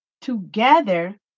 Together